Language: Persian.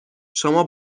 شما